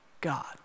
God